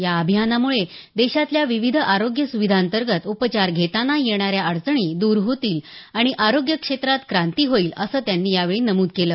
या अभियानामुळे देशातल्या विविध आरोग्य सुविधांतर्गत उपचार घेताना येणाऱ्या अडचणी द्र होतील आणि आरोग्य क्षेत्रात क्रांती होईल असं त्यांनी यावेळी नमूद केलं